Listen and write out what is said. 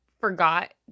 forgot